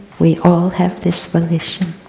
we all have this volition.